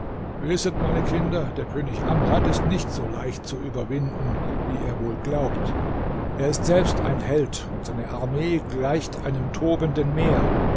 wisset meine kinder der könig amrad ist nicht so leicht zu überwinden wie ihr wohl glaubt er ist selbst ein held und seine armee gleicht einem tobenden meer